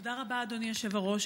תודה רבה, אדוני היושב-ראש.